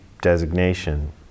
designation